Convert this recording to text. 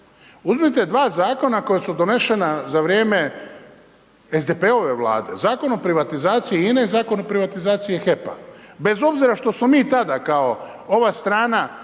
Uzmite dva zakona koja su donešena za vrijeme SDP-ove vlade. Zakon o privatizaciji INA-e i Zakon o privatizaciji HEP-a. Bez obzira što smo mi tada kao ova strana